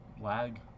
Lag